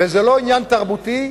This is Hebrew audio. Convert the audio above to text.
וזה לא עניין תרבותי,